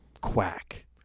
quack